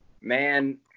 Man